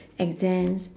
exams